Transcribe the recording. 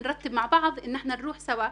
הם הגבוהים בישראל.